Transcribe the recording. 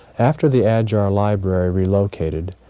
after the adyar library relocated,